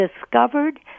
discovered